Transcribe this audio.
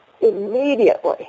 immediately